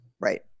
Right